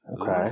Okay